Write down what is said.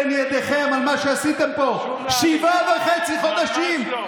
מה שאתם אומרים בערבית, אנחנו מצטטים בעברית.